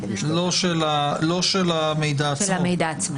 לא של המידע עצמו,